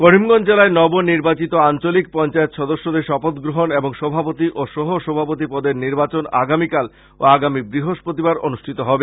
করিমগঞ্জ জেলায় নব নির্বাচিত আঞ্চলিক পঞ্চায়েত সদস্যদের শপথ গ্রহন এবং সভাপতি ও সহ সভাপতি পদের নির্বাচন আগামীকাল ও আগামী বৃহস্পতিবার অনুষ্ঠিত হবে